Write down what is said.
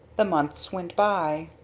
the months went by.